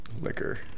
liquor